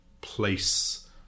place